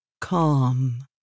calm